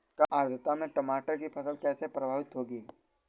कम आर्द्रता में टमाटर की फसल कैसे प्रभावित होगी?